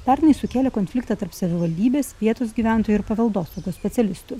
pernai sukėlė konfliktą tarp savivaldybės vietos gyventojų ir paveldosaugos specialistų